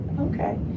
Okay